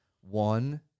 one